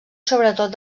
sobretot